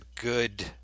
good